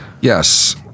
yes